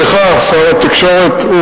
סליחה, שר התקשורת.